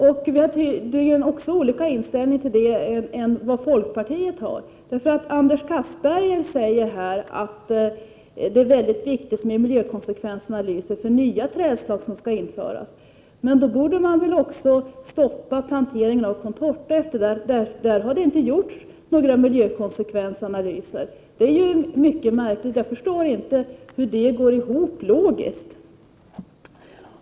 Miljöpartiet har tydligen en annan inställning till detta än vad folkpartiet har. Anders Castberger säger här att det är mycket viktigt med miljökonsekvensanalyser för nya trädslag som skall införas. Då borde man också stoppa planteringen av contorta, där det inte har gjorts några miljökonsekvensanalyser. Det är mycket märkligt att man inte vill göra det — jag förstår inte hur det går ihop logiskt.